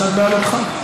פרשת בהעלותך.